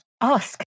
Ask